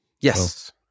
Yes